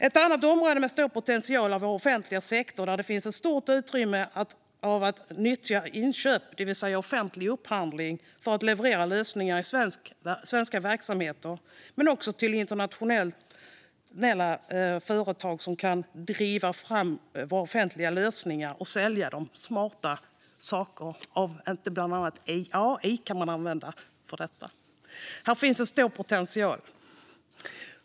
Ett annat område med stor potential är vår offentliga sektor, där det finns stort utrymme för att nyttja inköp, det vill säga offentlig upphandling, för att leverera lösningar i svenska verksamheter men också för att i internationella företag driva fram våra lösningar och sälja smarta lösningar till dem, bland annat AI. Här finns en stor potential.